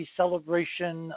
celebration